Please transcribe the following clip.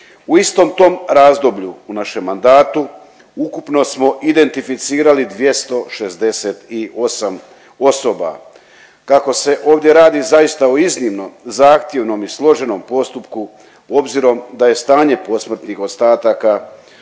U istom tom razdoblju u našem mandatu ukupno smo identificirali 268 osoba. Kako se ovdje radi zaista o iznimno zahtjevnom i složenom postupku obzirom da je stanje posmrtnih ostataka